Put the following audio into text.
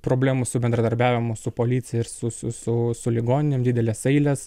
problemų su bendradarbiavimu su policija ir su su su ligoninėm didelės eilės